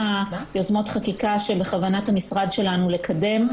יוזמות חקיקה שבכוונת המשרד שלנו לקדם,